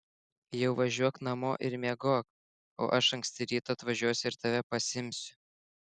jau važiuok namo ir miegok o aš anksti rytą atvažiuosiu ir tave pasiimsiu